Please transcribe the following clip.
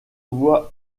voient